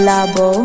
Labo